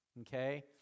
okay